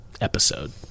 episode